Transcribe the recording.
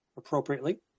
Appropriately